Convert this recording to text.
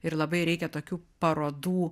ir labai reikia tokių parodų